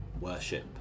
worship